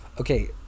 Okay